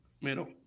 middle